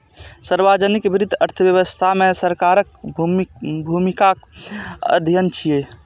सार्वजनिक वित्त अर्थव्यवस्था मे सरकारक भूमिकाक अध्ययन छियै